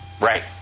Right